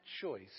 choice